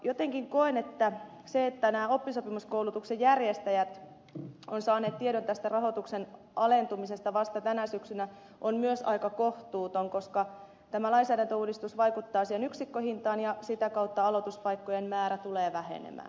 jotenkin koen että se että oppisopimuskoulutuksen järjestäjät ovat saaneet tiedon tästä rahoituksen alentumisesta vasta tänä syksynä on myös aika kohtuutonta koska tämä lainsäädäntöuudistus vaikuttaa siihen yksikköhintaan ja sitä kautta aloituspaikkojen määrä tulee vähenemään